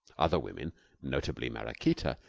other women notably maraquita,